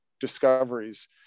discoveries